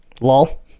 Lol